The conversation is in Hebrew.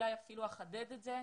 אולי אפילו אחדד את זה,